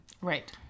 right